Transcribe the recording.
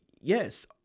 Yes